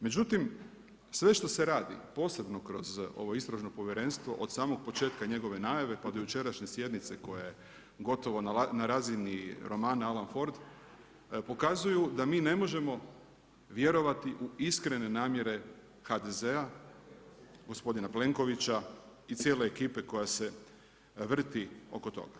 Međutim, sve što se radi posebno kroz ovo Istražno povjerenstvo od samog početka njegove najave, pa do jučerašnje sjednice koja je gotovo na razini romana Alan Ford pokazuju da mi ne možemo vjerovati u iskrene namjere HDZ-a, gospodina Plenkovića i cijele ekipe koja se vrti oko toga.